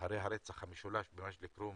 אחרי הרצח המשולש במג'ד אל כרום